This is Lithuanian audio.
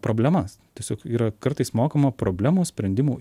problemas tiesiog yra kartais mokoma problemų sprendimo